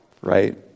Right